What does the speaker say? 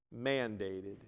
mandated